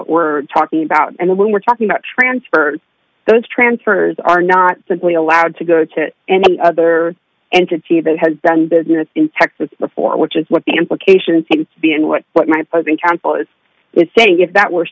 what we're talking about and when we're talking about transfer those transfers are not simply allowed to go to any other entity that has done business in texas before which is what the implication seems to be and what what my opposing counsel is is saying if that were